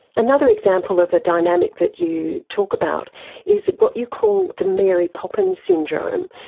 another example of a dynamic that you talk about is what you call the mary poppins syndrome.